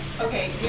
okay